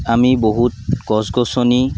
আমি বহুত গছ গছনি